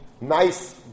nice